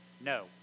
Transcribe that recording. No